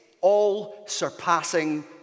all-surpassing